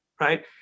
right